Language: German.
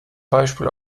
beispiel